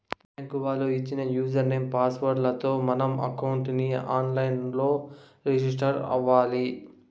bank వాళ్ళు ఇచ్చిన user name, password లతో మనం అకౌంట్ ని ఆన్ లైన్ లో రిజిస్టర్ అవ్వాలి